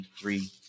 three